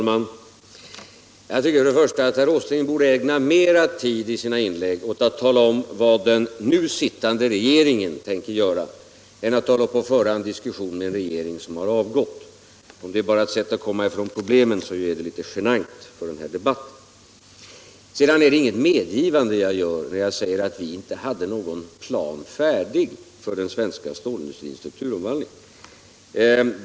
Herr talman! Herr Åsling borde ägna mer tid i sina inlägg åt att tala om vad den nu sittande regeringen tänker göra i stället för att föra en diskussion om den regering som har avgått. Om det bara är ett sätt att komma från problemen, är det litet genant för denna debatt. Det innebär inget medgivande, när jag säger att vi inte hade någon plan färdig för den svenska stålindustrins strukturomvandling.